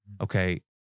Okay